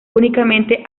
únicamente